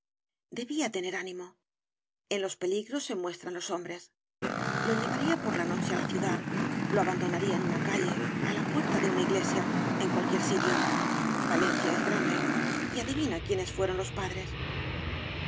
debía tener cañas y barro ánimo en los peligros ee muestran los hombres lo llevaría por la noche á la ciudad lo abandonaría en una calle á la puerta de una iglesia en cualquier sitio valencia es grande y adivina quiénes fueron los padresl